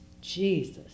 Jesus